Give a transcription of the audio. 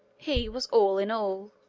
he was all in all.